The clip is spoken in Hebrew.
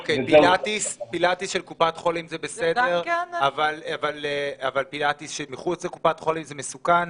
פילאטיס של קופת חולים זה בסדר אבל פילאטיס מחוץ לקופת חולים זה מסוכן,